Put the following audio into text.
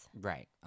Right